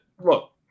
look